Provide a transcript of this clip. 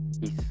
Peace